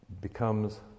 becomes